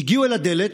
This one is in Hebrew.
הגיעו אל הדלת,